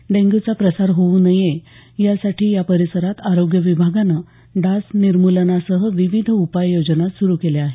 डेंग्यूचा प्रसार होऊ नये यासाठी या परिसरात आरोग्य विभागानं डास निर्मुलनासह विविध उपाययोजना सुरू केल्या आहेत